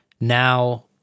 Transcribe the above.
now